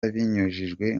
binyujijwe